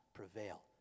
prevail